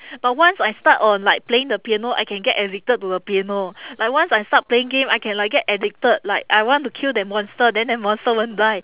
but once I start on like playing the piano I can get addicted to the piano like once I start playing game I can like get addicted like I want to kill that monster then that monster won't die